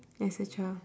as a child